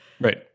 Right